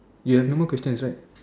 ya have no more questions right